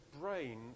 brain